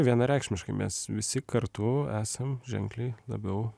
vienareikšmiškai mes visi kartu esam ženkliai labiau